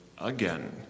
again